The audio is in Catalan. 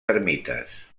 ermites